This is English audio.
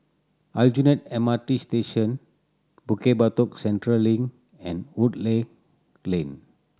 Aljunied M R T Station Bukit Batok Central Link and Woodleigh Lane